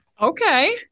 Okay